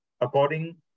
according